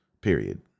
period